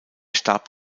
starb